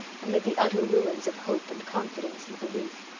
amid the utter ruins of hope and confidence and belief.